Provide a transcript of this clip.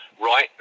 right